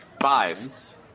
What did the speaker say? Five